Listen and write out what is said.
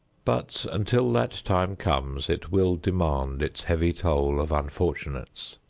but until that time comes, it will demand its heavy toll of unfortunates.